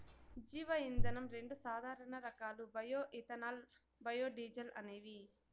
జీవ ఇంధనం రెండు సాధారణ రకాలు బయో ఇథనాల్, బయోడీజల్ అనేవి